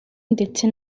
ndetse